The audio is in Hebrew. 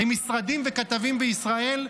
עם משרדים וכתבים בישראל,